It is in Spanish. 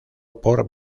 por